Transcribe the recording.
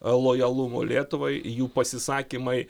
lojalumo lietuvai jų pasisakymai